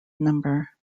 number